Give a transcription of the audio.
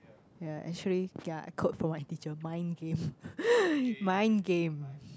ya actually ya I quote from my teacher mind game mind game